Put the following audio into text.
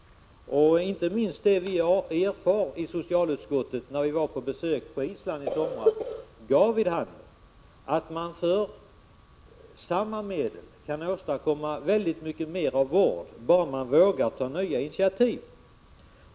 Inte minst det vi erfor vid socialutskottets besök på Island i somras gav vid handen att man för samma medel kan åstadkomma mycket mer av vård bara man vågar ta nya initiativ.